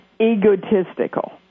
egotistical